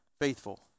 faithful